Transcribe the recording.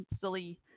silly